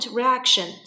reaction